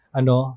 ano